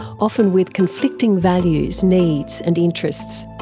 often with conflicting values, needs and interests.